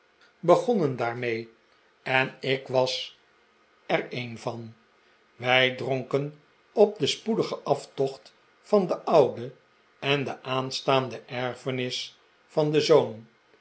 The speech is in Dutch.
daarmee en ik was er een van wij dronken op den spoedigen aftocht van den oude en de aanstaande erfenis van den zoon